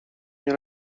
nie